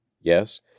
Yes